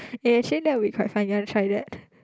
eh actually that will be quite fun you want to try that